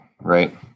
Right